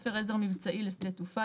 ספר עזר מבצעי לשדה תעופה,